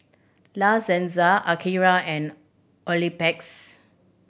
La Senza Akira and Oxyplus